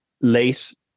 late